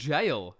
Jail